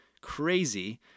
crazy